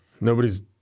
Nobody's